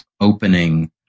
opening